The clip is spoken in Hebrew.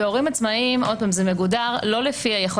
הורים עצמאיים, עוד פעם, זה מגודר לא לפי היכולת.